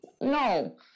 no